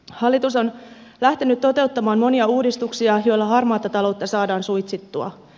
hallitus on lähtenyt toteuttamaan monia uudistuksia joilla harmaata taloutta saadaan suitsittua